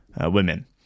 women